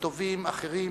וטובים אחרים